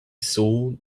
saw